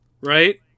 right